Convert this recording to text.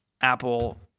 Apple